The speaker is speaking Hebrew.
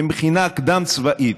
למכינה קדם-צבאית.